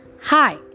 Hi